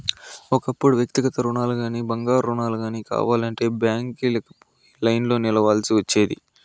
ఒకప్పుడు వ్యక్తిగత రుణాలుగానీ, బంగారు రుణాలు గానీ కావాలంటే బ్యాంకీలకి పోయి లైన్లో నిల్చోవల్సి ఒచ్చేది